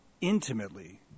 intimately